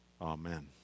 Amen